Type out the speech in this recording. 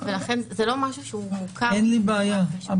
אין לי בעיה.